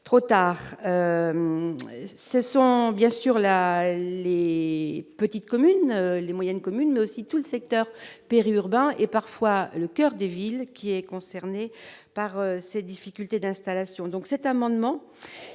trop tard, ce sont bien sûr la Les petites communes les moyennes communes mais aussi tout le secteur périurbain et parfois le coeur des villes qui est concerné par ces difficultés d'installation donc cet amendement,